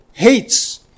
hates